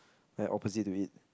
like opposite to eat